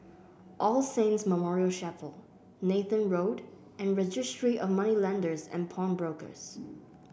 All Saints Memorial Chapel Nathan Road and Registry of Moneylenders and Pawnbrokers